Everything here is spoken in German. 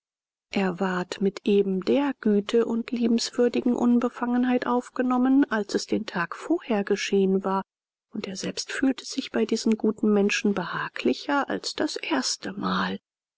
er ward mit eben der güte und liebenswürdigen unbefangenheit aufgenommen als es den tag vorher geschehen war und er selbst fühlte sich bei diesen guten menschen behaglicher als das erste mal